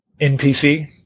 NPC